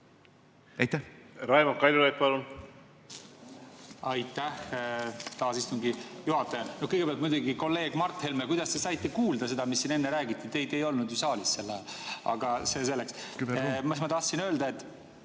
Raimond Kaljulaid, palun! Aitäh taas, istungi juhataja! Kõigepealt muidugi, kolleeg Mart Helme, kuidas te saite kuulda seda, mis siin enne räägiti? Teid ei olnud saalis sel ajal. Aga see selleks. Ma tahtsin öelda, et